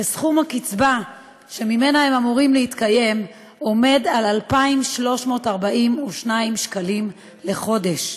וסכום הקצבה שממנה הם אמורים להתקיים עומד על 2,342 שקלים לחודש.